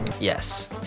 Yes